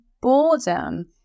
boredom